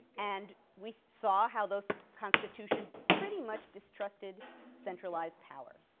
and we saw how those constitutions pretty much distrusted centralized power.